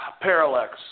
Parallax